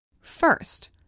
First